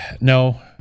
No